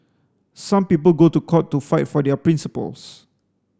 some people go to court to fight for their principles